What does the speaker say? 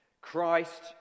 Christ